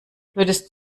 würdest